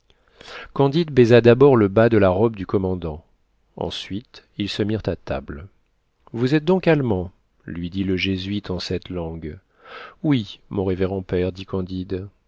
candide baisa d'abord le bas de la robe du commandant ensuite ils se mirent à table vous êtes donc allemand lui dit le jésuite en cette langue oui mon révérend père dit candide